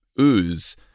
ooze